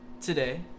today